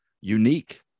unique